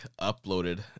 uploaded